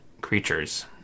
creatures